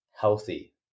healthy